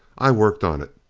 i worked on it,